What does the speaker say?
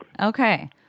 Okay